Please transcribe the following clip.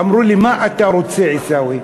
אמרו לי: מה אתה רוצה, עיסאווי?